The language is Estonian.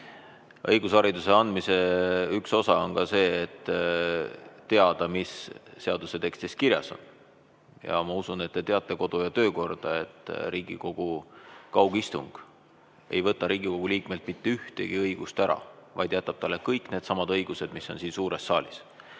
Õigushariduse üks osa on ka see, et teada, mis seaduse tekstis kirjas on. Ma usun, et te teate kodu- ja töökorda, et Riigikogu kaugistung ei võta Riigikogu liikmelt mitte ühtegi õigust ära, vaid jätab talle kõik needsamad õigused, mis on siin suures saalis.